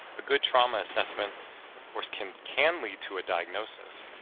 a good trauma assessment of course can can lead to a diagnosis,